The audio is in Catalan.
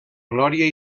glòria